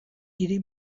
hiri